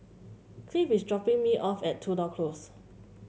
Cleve is dropping me off at Tudor Close